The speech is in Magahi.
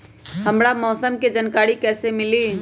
हमरा मौसम के जानकारी कैसी मिली?